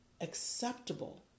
acceptable